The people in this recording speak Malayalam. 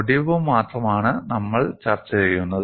ഒടിവ് മാത്രമാണ് നമ്മൾ ചർച്ച ചെയ്യുന്നത്